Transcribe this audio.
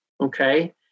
okay